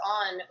on